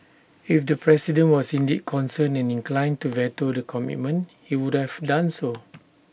if the president was indeed concerned and inclined to veto the commitment he would have done so